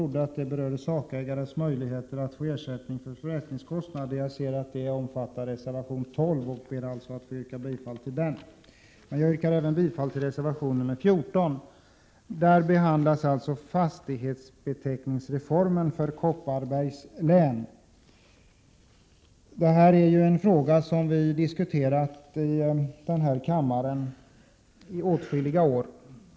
Detta är en fråga som vi har diskuterat i denna kammare i åtskilliga år.